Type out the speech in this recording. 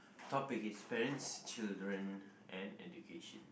topic is parents children and education